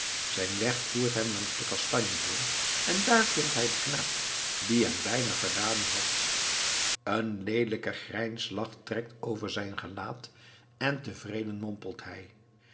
zijn weg voert hem langs den kastanjeboom en daar vindt hij den knaap die hem bijna verraden had een leelijke grijnslach trekt over zijn gelaat en tevreden mompelt hij